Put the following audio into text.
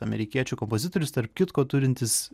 amerikiečių kompozitorius tarp kitko turintis